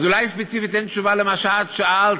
אז אולי ספציפית אין תשובה על מה שאת שאלת,